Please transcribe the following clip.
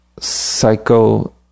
Psycho